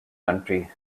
country